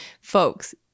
Folks